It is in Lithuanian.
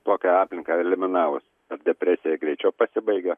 tokia aplinka eliminavus ar depresija greičiau pasibaigia